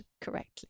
correctly